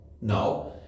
No